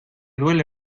duele